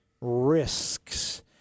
risks